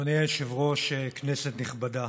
אדוני היושב-ראש, כנסת נכבדה,